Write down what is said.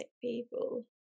people